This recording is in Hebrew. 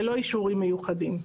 ללא אישורים מיוחדים.